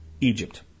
Egypt